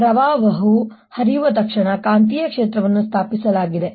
ಪ್ರವಾಹವು ಹರಿಯುವ ತಕ್ಷಣ ಕಾಂತೀಯ ಕ್ಷೇತ್ರವನ್ನು ಸ್ಥಾಪಿಸಲಾಗಿದೆ